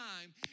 time